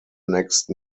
next